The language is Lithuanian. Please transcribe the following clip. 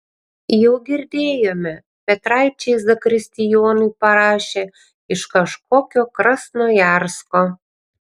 jau girdėjome petraičiai zakristijonui parašė iš kažkokio krasnojarsko